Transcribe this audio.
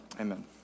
amen